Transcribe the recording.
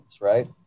right